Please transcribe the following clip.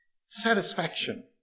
satisfaction